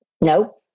No